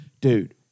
Dude